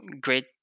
great